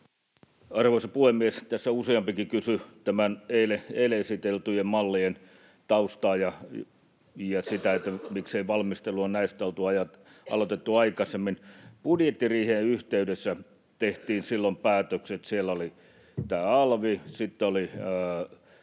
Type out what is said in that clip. Arvoisa puhemies! Tässä useampikin kysyi eilen esiteltyjen mallien taustaa ja sitä, miksei valmistelua näistä oltu aloitettu aikaisemmin. Budjettiriihen yhteydessä tehtiin päätökset, siellä oli tämä alvi, sitten oli